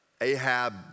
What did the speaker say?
Ahab